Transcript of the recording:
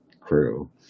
crew